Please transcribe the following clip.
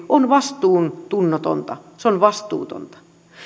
on vastuuntunnotonta se on vastuutonta